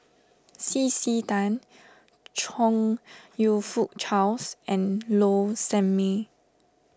C C Tan Chong You Fook Charles and Low Sanmay